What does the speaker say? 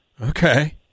Okay